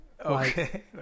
okay